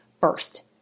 first